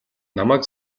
намайг